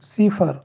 صفر